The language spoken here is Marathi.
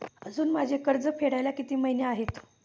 अजुन माझे कर्ज फेडायला किती महिने आहेत?